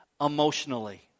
emotionally